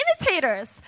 imitators